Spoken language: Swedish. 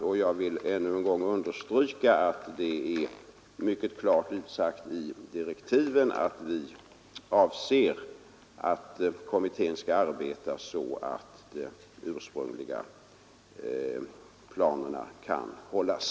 Ännu en gång vill jag understryka att det är mycket klart utsagt i direktiven att vi avser att kommittén skall arbeta så att de ursprungliga tidsplanerna kan hållas.